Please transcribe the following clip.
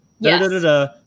Da-da-da-da